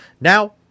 now